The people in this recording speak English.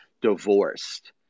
divorced